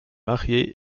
mariée